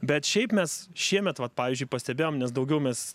bet šiaip mes šiemet vat pavyzdžiui pastebėjom nes daugiau mes